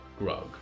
Grug